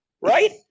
right